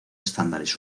estándares